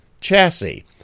chassis